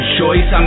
choice